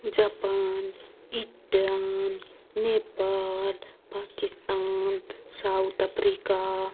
Japan इट्टान Nepal Pakistan south Africa